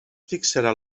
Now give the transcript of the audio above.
fixaran